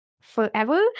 forever